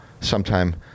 sometime